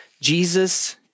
Jesus